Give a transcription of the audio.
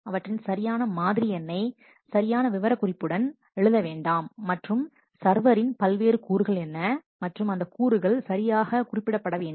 அவற்றின் சரியான மாதிரி எண்ணை சரியான விவரக்குறிப்புடன் எழுத வேண்டாம் மற்றும் சர்வரின் பல்வேறு கூறுகள் என்ன மற்றும் அந்த கூறுகள் சரியாக குறிப்பிடப்பட வேண்டும்